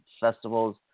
festivals